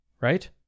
right